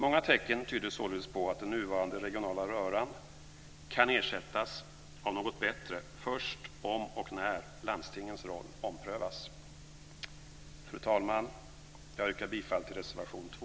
Många tecken tyder således på att den nuvarande regionala röran kan ersättas av något bättre först om och när landstingens roll omprövas. Fru talman! Jag yrkar bifall till reservation 2.